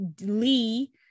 Lee